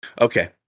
Okay